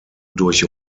durch